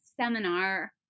seminar